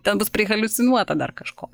ten bus prihaliucinuota dar kažko